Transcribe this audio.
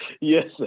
Yes